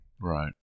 Right